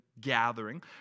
gathering